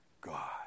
God